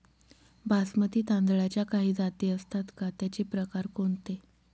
बासमती तांदळाच्या काही जाती असतात का, त्याचे प्रकार कोणते?